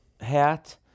hat